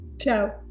Ciao